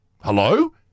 hello